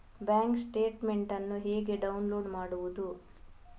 Bank statement ಅನ್ನು ಹೇಗೆ download ಮಾಡುವುದು?